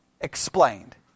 explained